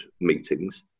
meetings